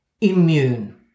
Immune